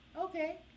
okay